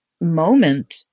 moment